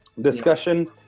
discussion